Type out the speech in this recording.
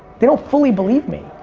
they don't fully believe me.